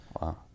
Wow